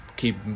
keep